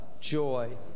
joy